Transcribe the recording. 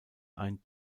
ein